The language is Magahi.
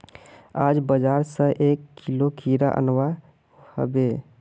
आज बाजार स एक किलो खीरा अनवा हबे